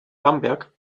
bamberg